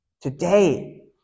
today